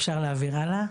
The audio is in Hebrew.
אפשר להעביר הלאה.